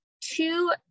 two